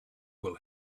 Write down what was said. will